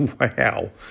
Wow